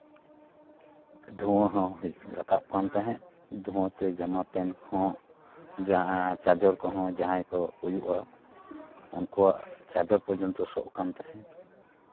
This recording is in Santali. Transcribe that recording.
ᱫᱷᱩᱣᱟᱹ ᱦᱚᱸ ᱨᱟᱠᱟᱵ ᱠᱟᱱ ᱛᱟᱦᱮᱸᱫ ᱫᱷᱩᱣᱟᱹ ᱛᱮ ᱡᱟᱢᱟ ᱯᱮᱱᱴ ᱠᱚᱦᱚᱸ ᱡᱟᱦᱟᱸ ᱪᱟᱫᱚᱨ ᱠᱚᱦᱚᱸ ᱡᱟᱦᱟᱸᱭ ᱠᱚ ᱩᱭᱩᱜᱼᱟ ᱩᱱᱠᱩᱣᱟᱜ ᱪᱟᱫᱚᱨ ᱯᱚᱨᱠᱚᱱᱛᱚ ᱥᱚᱜ ᱠᱟᱱ ᱛᱟᱦᱮᱸᱫ